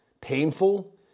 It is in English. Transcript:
painful